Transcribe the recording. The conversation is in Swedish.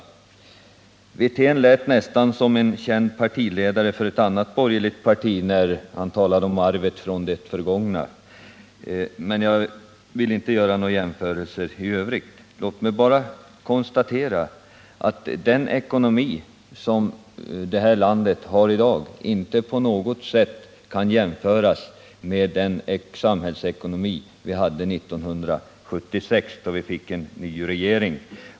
Rolf Wirtén lät nästan som en känd partiledare i ett annat borgerligt parti när han talade om arvet från det förgångna. Men jag vill inte göra några jämförelser i övrigt. Låt mig bara konstatera att den ekonomi som vårt land har i dag inte på något sätt kan jämföras med den samhällsekonomi vi hade 1976, när vi fick en ny regering.